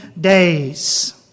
days